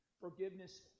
forgiveness